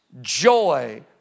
joy